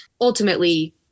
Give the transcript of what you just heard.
ultimately